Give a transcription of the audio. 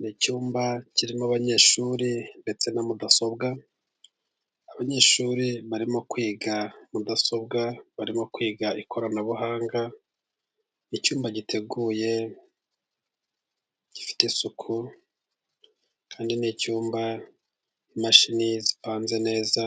Ni icyumba kirimo abanyeshuri ndetse na mudasobwa, abanyeshuri barimo kwiga mudasobwa, barimo kwiga ikoranabuhanga, icyumba giteguye, gifite isuku, kandi ni icyumba imashini zipanze neza,